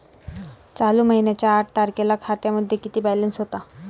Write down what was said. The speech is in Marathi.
चालू महिन्याच्या आठ तारखेला खात्यामध्ये किती बॅलन्स होता?